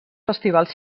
festivals